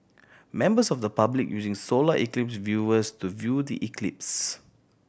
members of the public using solar eclipse viewers to view the eclipse